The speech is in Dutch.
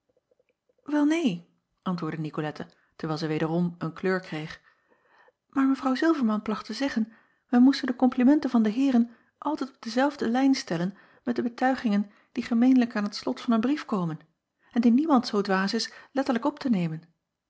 el neen antwoordde icolette terwijl zij wederom een kleur kreeg maar w ilverman placht te zeggen wij moesten de komplimenten van de heeren altijd op dezelfde lijn stellen met de betuigingen die gemeenlijk aan t slot van een brief komen en die niemand zoo dwaas is letterlijk op te nemen